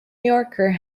yorker